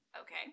Okay